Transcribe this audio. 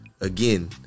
again